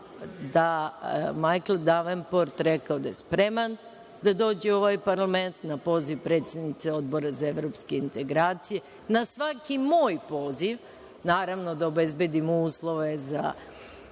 da je Majkl Devenport rekao da je spreman da dođe u ovaj parlament na poziv predsednice Odbora za Evropske integracije, na svaki moj poziv, naravno, da obezbedimo uslove za